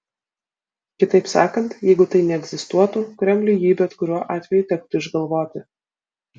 kitaip sakant jeigu tai neegzistuotų kremliui jį bet kurio atveju tektų išgalvoti